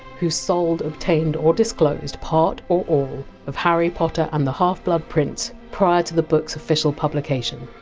who sold, obtained or disclosed part or all of harry potter and the half-blood prince prior to the book! s official publication.